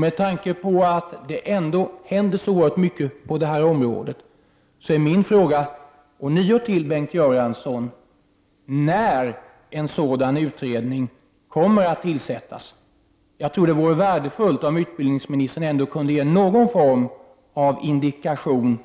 Med tanke på att det ändå händer så oerhört mycket på detta område blir min fråga till Bengt Göransson ånyo: När kommer en sådan utredning att tillsättas? Jag tror att det vore värdefullt om utbildningsministern kunde ge någon form av indikation